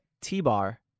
T-Bar